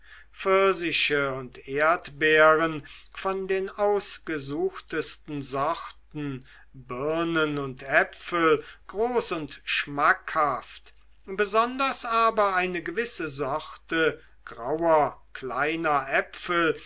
pfirsiche und erdbeeren von den ausgesuchtesten sorten birnen und äpfel groß und schmackhaft besonders aber eine gewisse sorte grauer kleiner äpfel